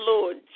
Lord